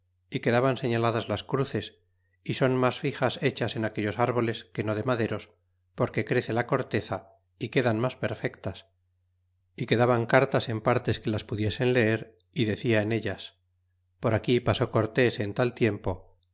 y quedaban seilaladas las cruces y son mas fixas hechas en aquellos árboles que no de maderos porque crece la corteza y quedan mas perfectas y quedaban cartas en partes que las pudiesen leer y decia en ellas por aquí pasó cortés en tal tiempo